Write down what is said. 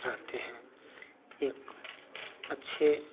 रहते हैं एक अच्छे